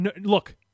look